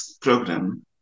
program